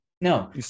no